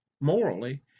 morally